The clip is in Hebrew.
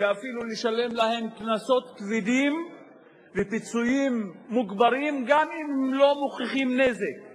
תחת מעקב תמידי גם במצבים